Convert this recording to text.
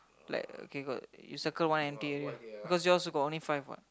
like okay got you circle one empty area because yours got only five what